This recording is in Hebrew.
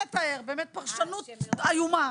אין לתאר, באמת פרשנות איומה.